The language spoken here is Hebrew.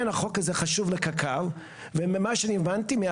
החוק הזה חשוב לקק"ל וממה שאני הבנתי,